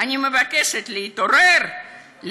אני מבקשת להתעורר,